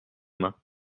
mains